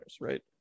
right